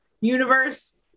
Universe